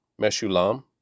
Meshulam